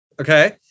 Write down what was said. okay